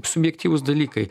subjektyvūs dalykai